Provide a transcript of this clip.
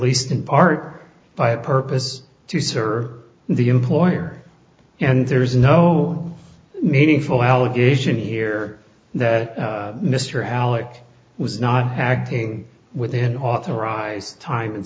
least in part by a purpose to sir the employer and there is no meaningful allegation here that mr alick was not acting within authorized time and